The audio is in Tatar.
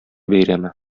бәйрәме